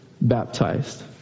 baptized